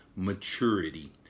maturity